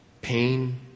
pain